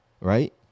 right